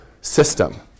system